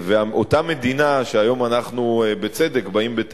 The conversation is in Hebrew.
אותה מדינה שהיום אנחנו באים אליה בטענות,